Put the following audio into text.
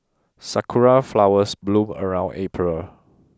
sakura flowers bloom around April